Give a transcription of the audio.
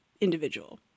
individual